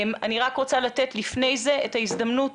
אני רק רוצה לתת לפני זה את ההזדמנות